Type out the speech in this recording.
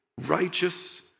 righteous